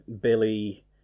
Billy